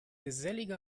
gesellige